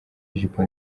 ijipo